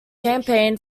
campaign